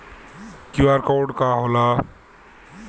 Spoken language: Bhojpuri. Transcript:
क्यू.आर कोड का होला?